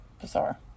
Bizarre